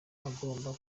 agomba